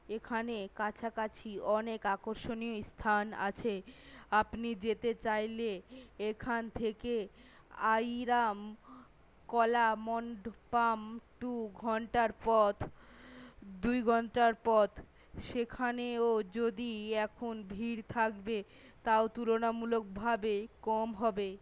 এখানে কাছাকাছি অনেক আকর্ষণীয় স্থান আছে আপনি যেতে চাইলে এখান থেকে আয়িরাম কাল মন্ডপম টু ঘণ্টার পথ দুই ঘণ্টার পথ সেখানেও যদি এখন ভিড় থাকবে তাও তুলনামূলকভাবে কম হবে